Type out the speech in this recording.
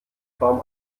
form